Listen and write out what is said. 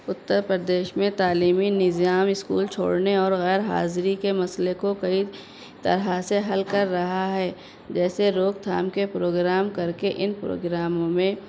اتر پردیش میں تعلیمی نظام اسکول چھوڑنے اور غیر حاضری کے مسئلے کو کئی طرح سے حل کر رہا ہے جیسے روک تھام کے پروگرام کر کے ان پروگراموں میں